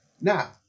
now